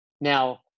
Now